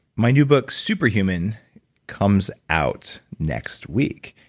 my new book super human comes out next week,